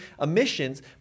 emissions